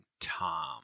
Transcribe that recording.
tom